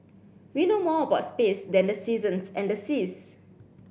we know more about space than the seasons and the seas